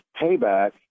payback